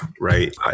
right